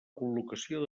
col·locació